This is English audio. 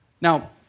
Now